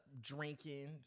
drinking